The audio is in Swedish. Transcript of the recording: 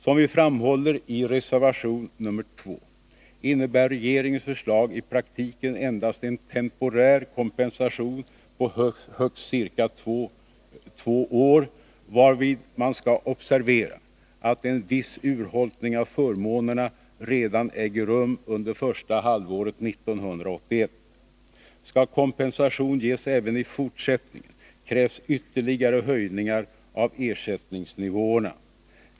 Som vi framhåller i reservation nr 2 innebär regeringens förslag i praktiken endast en temporär kompensation på högst ca två år, varvid man skall observera att en viss urholkning av förmånerna äger rum redan under första halvåret 1981. Skall kompensation ges även i fortsättningen krävs ytterligare höjningar av ersättningsnivåerna.